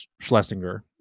Schlesinger